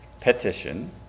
petition